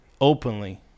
openly